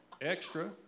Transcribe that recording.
extra